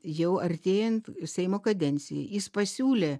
jau artėjant seimo kadencijai jis pasiūlė